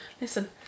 listen